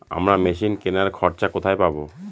আমরা মেশিন কেনার খরচা কোথায় পাবো?